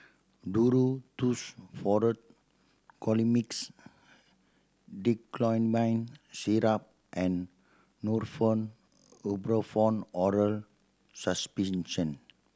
Duro Tuss Forte Colimix Dicyclomine Syrup and Nurofen Ibuprofen Oral Suspension